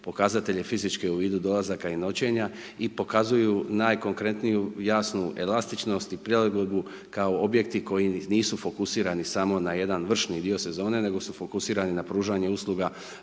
najkvalitetnije fizičke u vidu dolazaka i noćenja i pokazuju najkonkretniju jasnu elastičnost i prilagodbu kao objekti koji nisu fokusirani samo na jedan vršni dio sezone, nego su fokusirani na pružanje usluga